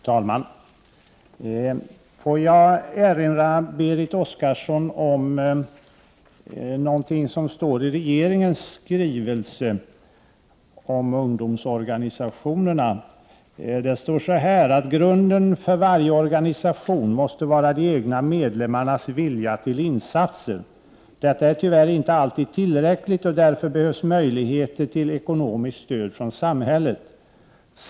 Fru talman! Får jag erinra Berit Oscarsson om något som står i regeringens skrivelse om ungdomsorganisationerna. Där står följande: ”Grunden för varje organisation måste vara de egna medlemmarnas vilja till insatser. Detta är tyvärr inte alltid tillräckligt och därför behövs möjligheter till ekonomiskt stöd från samhället.